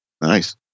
Nice